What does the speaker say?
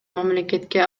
мамлекетке